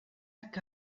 que